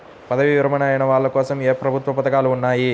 పదవీ విరమణ అయిన వాళ్లకోసం ఏ ప్రభుత్వ పథకాలు ఉన్నాయి?